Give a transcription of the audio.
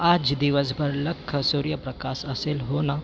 आज दिवसभर लख्ख सूर्यप्रकाश असेल हो ना